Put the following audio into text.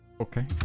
Okay